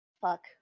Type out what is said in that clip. fuck